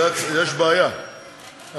יש בעיה,